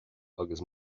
agus